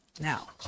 now